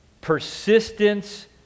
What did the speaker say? Persistence